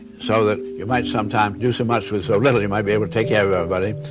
so that you might sometimes do so much with so little you might be able to take care of everybody,